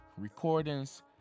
recordings